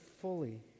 fully